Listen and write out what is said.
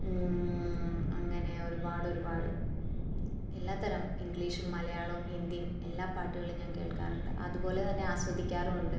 അങ്ങനെ ഒരുപാട് ഒരുപാട് എല്ലാത്തരം ഇംഗ്ലീഷും മലയാളവും ഹിന്ദിയും എല്ലാ പാട്ടുകളും ഞാൻ കേൾക്കാറുണ്ട് അതുപോലെ തന്നെ ആസ്വദിക്കാറും ഉണ്ട്